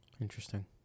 Interesting